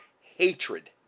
hatred